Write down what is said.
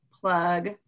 plug